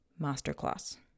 masterclass